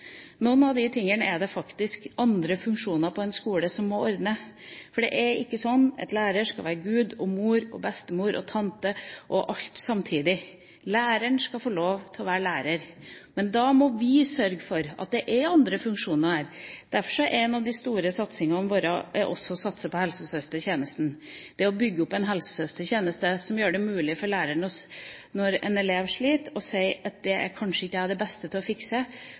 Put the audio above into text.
av det er det faktisk andre funksjoner på en skole som må ordne, for det er ikke sånn at lærer skal være gud og mor og bestemor og tante – og alt samtidig. Læreren skal få lov til å være lærer. Men da må vi sørge for at det er andre funksjoner der. Derfor er en av de store satsingene våre helsesøstertjenesten – å bygge opp en helsesøstertjeneste som gjør det mulig for læreren å si når en elev sliter: Det er kanskje ikke jeg den beste til å fikse,